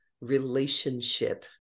relationship